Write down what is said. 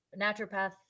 naturopath